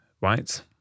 Right